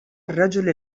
الرجل